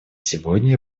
сегодня